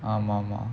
ஆமா ஆமா:aamaa aamaa